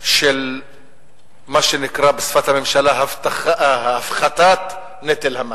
של מה שנקרא בשפת הממשלה "הפחתת נטל המס".